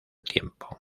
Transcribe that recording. tiempo